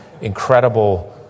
Incredible